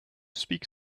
speak